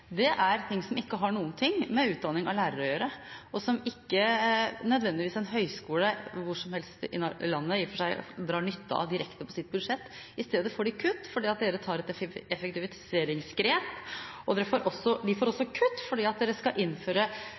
er ting som ikke har noe med utdanning av lærere å gjøre, og som ikke nødvendigvis en høyskole hvor som helst i landet i og for seg drar nytte av direkte på sitt budsjett. I stedet får de kutt fordi man tar et effektiviseringsgrep, og de får også kutt fordi man skal innføre